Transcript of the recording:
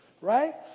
right